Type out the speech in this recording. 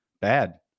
Bad